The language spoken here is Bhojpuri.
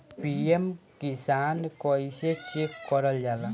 पी.एम किसान कइसे चेक करल जाला?